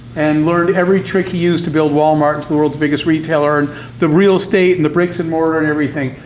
and learned every trick he used to build walmart into the world's biggest retailer, and the real estate, and the bricks and mortar, and everything.